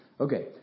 Okay